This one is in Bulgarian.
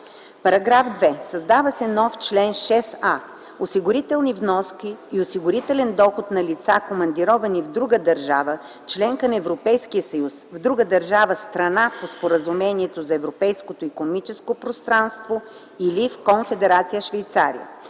„§ 2. Създава се нов чл.6а: „Осигурителни вноски и осигурителен доход на лица, командировани в друга държава – членка на Европейския съюз, в друга държава-страна по Споразумението за Европейското икономическо пространство или в Конфедерация Швейцария